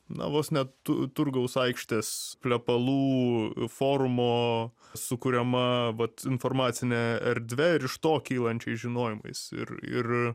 na vos ne tu turgaus aikštės plepalų forumo sukuriama vat informacine erdve ir iš to kylančiais žinojimais ir ir